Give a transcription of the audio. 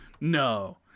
No